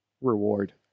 reward